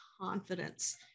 confidence